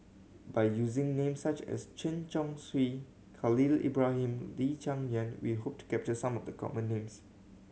by using names such as Chen Chong Swee Khalil Ibrahim Lee Cheng Yan we hope to capture some of the common names